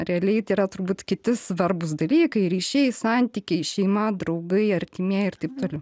realiai tai yra turbūt kiti svarbūs dalykai ryšiai santykiai šeima draugai artimieji ir taip toliau